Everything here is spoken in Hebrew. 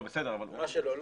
מה שלא לא.